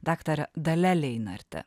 daktare dalia leinarte